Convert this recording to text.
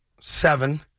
Seven